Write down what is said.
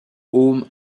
home